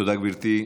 תודה, גברתי.